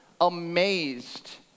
amazed